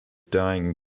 dying